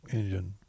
engine